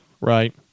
right